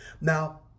Now